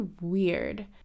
weird